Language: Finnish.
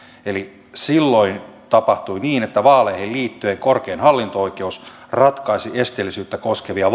silloin tapahtui niin että vaaleihin liittyen korkein hallinto oikeus ratkaisi lukuisia esteellisyyttä koskevia